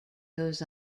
goes